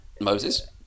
Moses